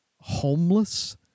homeless